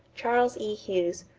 charles e. hughes,